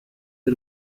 b’i